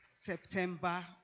September